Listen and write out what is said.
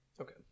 Okay